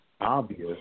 obvious